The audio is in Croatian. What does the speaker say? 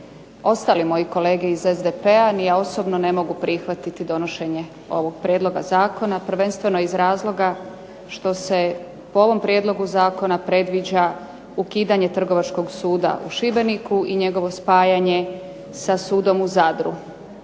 ostali moje kolege iz SDP-a ni ja osobno ne mogu prihvatiti donošenje ovog prijedloga zakona prvenstveno iz razloga što se po ovom prijedlogu zakona predviđa ukidanje Trgovačkog suda u Šibeniku i njegovo spajanje sa sudom u Zadru.